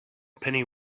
penny